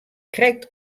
krekt